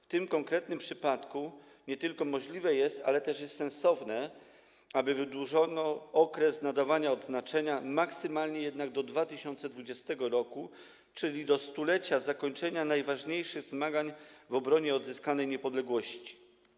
W tym konkretnym przypadku nie tylko jest możliwe, ale też jest sensowne, aby wydłużyć okres nadawania odznaczenia, jednak maksymalnie do 2020 r., czyli do 100-lecia zakończenia najważniejszych zmagań w obronie odzyskanej niepodległości.